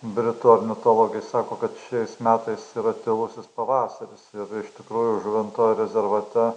britų ornitologai sako kad šiais metais yra tylusis pavasaris ir iš tikrųjų žuvinto rezervate